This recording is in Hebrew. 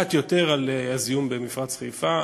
לדעת יותר על הזיהום במפרץ חיפה.